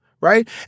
Right